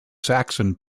saxon